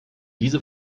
diese